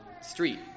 street